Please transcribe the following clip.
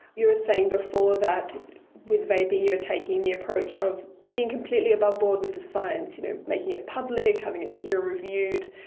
saying before that with vaping you're taking the approach of being completely above board with the science, you know making it public, having it peer reviewed.